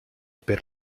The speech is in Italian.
per